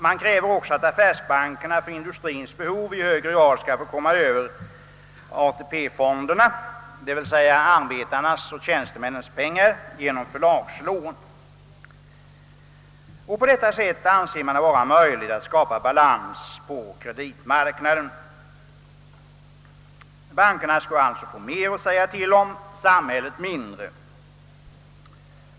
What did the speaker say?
Man kräver också att affärsbankerna för industriens behov i högre grad skall komma över ATP-fonderna, d. v. s. arbetarnas och tjänstemännens pengar, genom förlagslån. Man anser att det på detta sätt skall vara möjligt att skapa balans på kreditmarknaden. Bankerna skulle alltså få mer att säga till om, samhället mindre.